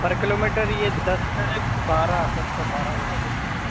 پر kilometre یہ دس سے بارہ دس سے بارہ روپے دے دیجیے